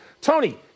Tony